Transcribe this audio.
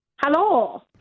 hello